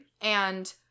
And-